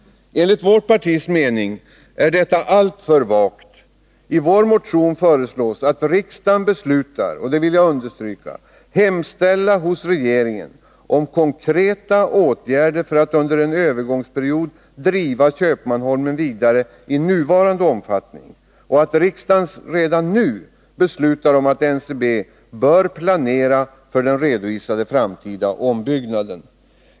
Enligt vpk:s mening är detta alltför vagt. I vår motion föreslås att riksdagen beslutar hemställa hos regeringen om konkreta åtgärder för att under en övergångsperiod driva Köpmanholmen vidare i nuvarande omfattning och att riksdagen redan nu beslutar om att NCB bör planera för den redovisade framtida ombyggnaden.